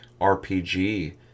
RPG